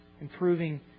Improving